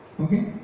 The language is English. okay